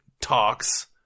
talks